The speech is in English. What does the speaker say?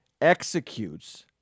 executes